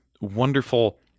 wonderful